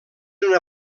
una